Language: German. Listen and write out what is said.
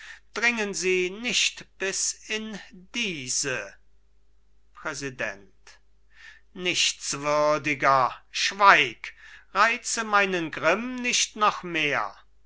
ist dringen sie nicht bis in diese präsident nichtswürdiger schweig reize meinen grimm nicht noch mehr